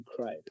cried